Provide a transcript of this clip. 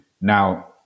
Now